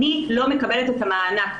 אני לא מקבלת את המענק,